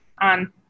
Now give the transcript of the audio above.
on